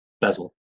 bezel